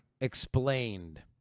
Explained